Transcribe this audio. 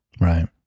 Right